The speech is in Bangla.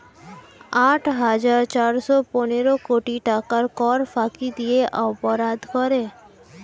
আট হাজার চারশ পনেরো কোটি টাকার কর ফাঁকি দিয়ে অপরাধ করে